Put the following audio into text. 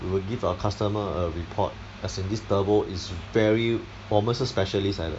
we will give our customer a report as in this turbo is very 我们是 specialist 来的